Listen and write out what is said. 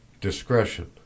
Discretion